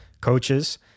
coaches